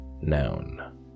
Noun